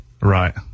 right